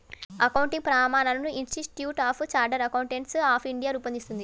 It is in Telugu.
అకౌంటింగ్ ప్రమాణాలను institute of chartered accountants of India రూపొందిస్తుంది